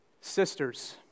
Sisters